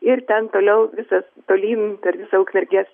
ir ten toliau visas tolyn per visą ukmergės